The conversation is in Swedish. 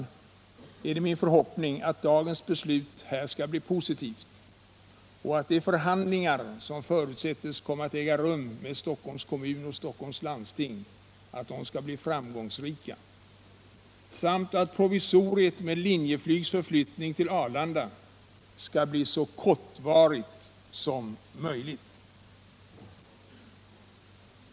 Det är min förhoppning att dagens beslut här skall bli positivt och att de förhandlingar som förutsätts komma att äga rum med Stockholms kommun och Stockholms läns landsting skall bli framgångsrika samt att provisoriet med Linjeflygs förflyttning till Arlanda skall bli så kortvarigt som möjligt.